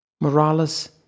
Morales